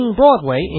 Broadway